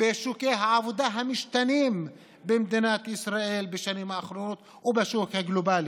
בשוקי העבודה המשתנים במדינת ישראל בשנים האחרונות ובשוק הגלובלי.